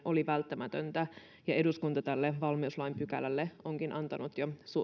oli välttämätöntä eduskunta tälle valmiuslain pykälälle onkin jo antanut